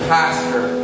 Pastor